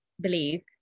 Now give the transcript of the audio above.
believe